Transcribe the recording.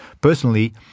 Personally